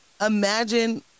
imagine